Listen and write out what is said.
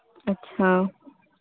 ਅੱਛਾ